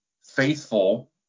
faithful